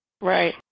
Right